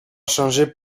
changé